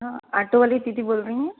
हाँ आटो वाली दीदी बोल रही हैं